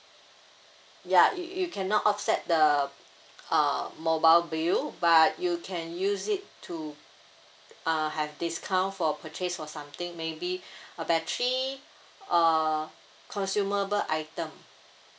ya you you cannot offset the uh mobile bill but you can use it to uh have discount for purchase for something maybe a battery uh consumable item